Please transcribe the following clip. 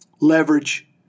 leverage